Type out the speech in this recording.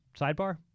sidebar